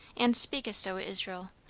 and speakest, o israel,